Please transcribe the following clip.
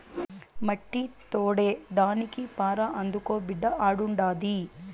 మట్టి తోడేదానికి పార అందుకో బిడ్డా ఆడుండాది